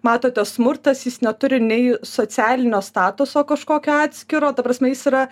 matote smurtas jis neturi nei socialinio statuso kažkokio atskiro ta prasme jis yra